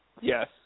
Yes